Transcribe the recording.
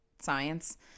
science